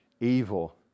evil